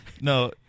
No